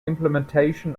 implementation